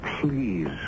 please